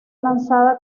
lanzada